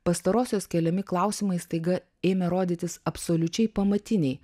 pastarosios keliami klausimai staiga ėmė rodytis absoliučiai pamatiniai